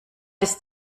ist